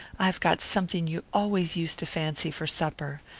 i've got something you always used to fancy for supper.